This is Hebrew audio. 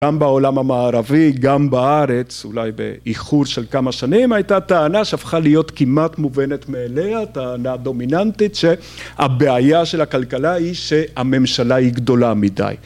גם בעולם המערבי, גם בארץ, אולי באיחור של כמה שנים, הייתה טענה שהפכה להיות כמעט מובנת מאליה, טענה דומיננטית שהבעיה של הכלכלה היא שהממשלה היא גדולה מדי.